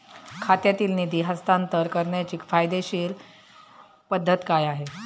खात्यातील निधी हस्तांतर करण्याची कायदेशीर पद्धत काय आहे?